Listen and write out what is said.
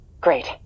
great